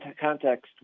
context